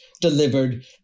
delivered